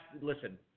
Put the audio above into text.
listen